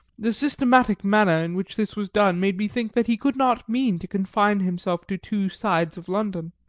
the systematic manner in which this was done made me think that he could not mean to confine himself to two sides of london.